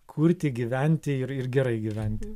kurti gyventi ir ir gerai gyventi